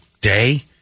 day